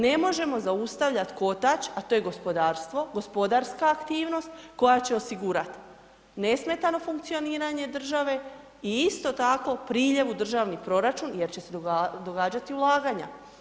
Ne možemo zaustavljati kotač, a to je gospodarstvo, gospodarska aktivnost koja će osigurati nesmetano funkcioniranje države i isto tako priljev u državni proračun jer će događati ulaganja.